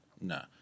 no